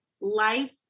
life